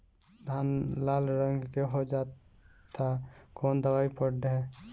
धान लाल रंग के हो जाता कवन दवाई पढ़े?